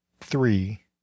three